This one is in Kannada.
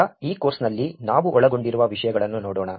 ಈಗ ಈ ಕೋರ್ಸ್ನಲ್ಲಿ ನಾವು ಒಳಗೊಂಡಿರುವ ವಿಷಯಗಳನ್ನು ನೋಡೋಣ